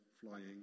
flying